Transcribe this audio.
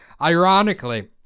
Ironically